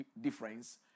difference